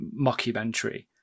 mockumentary